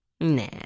nah